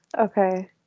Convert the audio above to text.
Okay